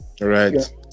Right